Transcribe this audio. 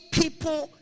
people